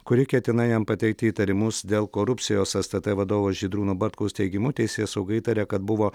kuri ketina jam pateikti įtarimus dėl korupcijos stt vadovo žydrūno bartkaus teigimu teisėsauga įtaria kad buvo